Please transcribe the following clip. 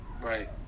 Right